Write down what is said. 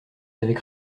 avec